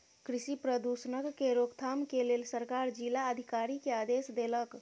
कृषि प्रदूषणक के रोकथाम के लेल सरकार जिला अधिकारी के आदेश देलक